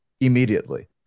immediately